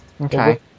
Okay